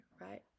right